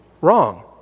wrong